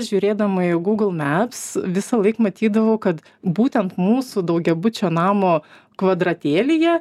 žiūrėdama į google maps visąlaik matydavau kad būtent mūsų daugiabučio namo kvadratėlyje